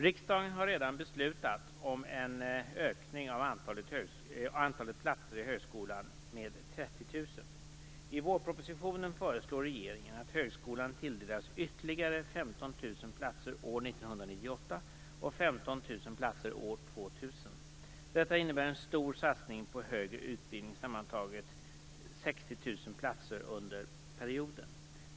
Riksdagen har redan beslutat om en ökning av antalet platser i högskolan med 30 000. I vårpropositionen föreslår regeringen att högskolan tilldelas ytterligare 15 000 platser år 1998 och 15 000 platser år 2000. Detta innebär en stor satsning på högre utbildning med sammantaget 60 000 platser under perioden.